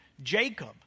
Jacob